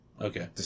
Okay